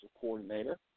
coordinator